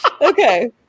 Okay